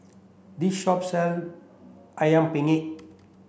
this shop sell Ayam Penyet